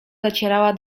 docierała